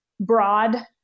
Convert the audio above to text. broad